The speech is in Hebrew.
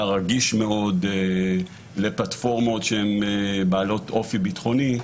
רגיש מאוד לפלטפורמות שהן בעלות אופי ביטחוני.